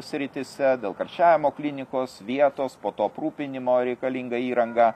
srityse dėl karščiavimo klinikos vietos po to aprūpinimo reikalinga įranga